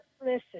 listen